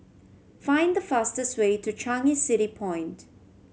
find the fastest way to Changi City Point